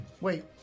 Wait